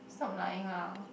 stop lying lah